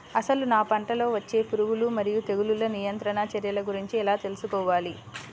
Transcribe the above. అసలు నా పంటలో వచ్చే పురుగులు మరియు తెగులుల నియంత్రణ చర్యల గురించి ఎలా తెలుసుకోవాలి?